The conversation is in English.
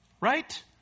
right